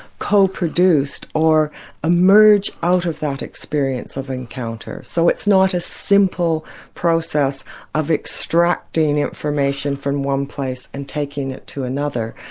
co-produced, or emerge out of that experience of encounters. so it's not a simple process of extracting information from one place and taking it to another.